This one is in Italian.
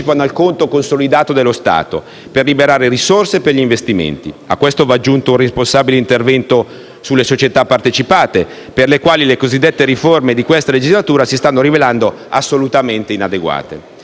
al conto consolidato dello Stato, per liberare risorse per gli investimenti. A questo va aggiunto un responsabile intervento sulle società partecipate, per le quali le cosiddette riforme di questa legislatura si stanno rivelando assolutamente inadeguate.